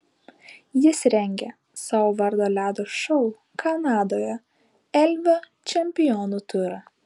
jis rengia savo vardo ledo šou kanadoje elvio čempionų turą